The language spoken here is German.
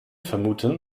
vermuten